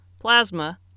plasma